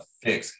fix